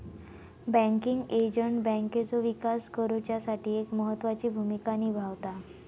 banking agent बँकेचो विकास करुच्यासाठी एक महत्त्वाची भूमिका निभावता